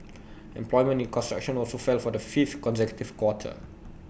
employment in construction also fell for the fifth consecutive quarter